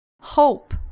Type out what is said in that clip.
hope